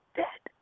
dead